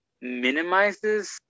minimizes